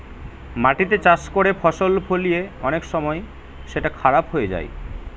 মাটিতে চাষ করে ফসল ফলিয়ে অনেক সময় সেটা খারাপ হয়ে যায়